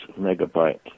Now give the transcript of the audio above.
megabyte